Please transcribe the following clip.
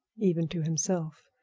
even to himself.